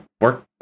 work